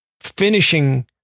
finishing